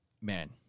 man